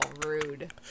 rude